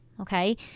okay